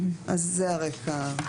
אז זה הרקע.